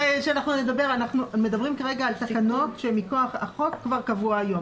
אנחנו מדברים כרגע על תקנות שהן מכוח החוק כבר קבוע היום.